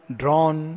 drawn